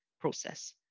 process